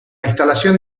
instalación